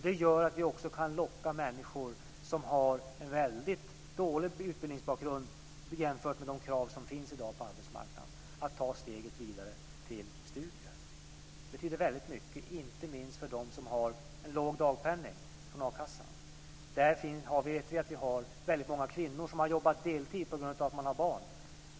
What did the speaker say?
Det gör att vi också kan locka människor som har en väldigt dålig utbildningsbakgrund i förhållande till de krav som finns i dag på arbetsmarknaden att ta steget vidare till studier. Det betyder väldigt mycket, inte minst för dem som har en låg dagpenning från akassan.